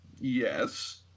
yes